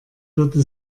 würde